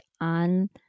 on